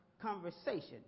conversation